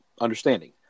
understanding